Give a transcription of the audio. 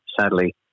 sadly